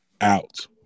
out